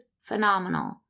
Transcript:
phenomenal